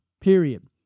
period